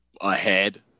ahead